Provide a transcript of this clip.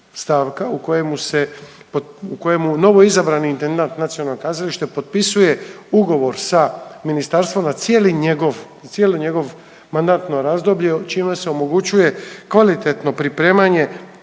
u kojemu novoizabrani intendant nacionalnog kazališta potpisuje ugovor sa ministarstvom, a cijeli njegov mandatno razdoblje čime se omogućuje kvalitetno pripremanje